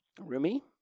Rumi